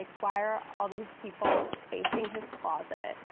like, why are all these people facing his closet?